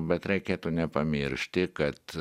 bet reikėtų nepamiršti kad